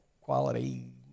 Quality